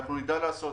נדע לעשות,